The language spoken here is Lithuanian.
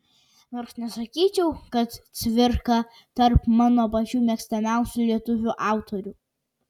nors nesakyčiau kad cvirka tarp mano pačių mėgstamiausių lietuvių autorių